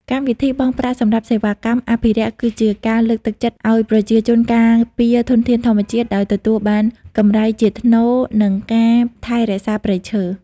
កម្មវិធី បង់ប្រាក់សម្រាប់សេវាកម្មអភិរក្ស គឺជាការលើកទឹកចិត្តឲ្យប្រជាជនការពារធនធានធម្មជាតិ ដោយទទួលបានកម្រៃជាថ្នូរនឹងការថែរក្សាព្រៃឈើ។